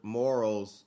morals